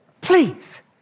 please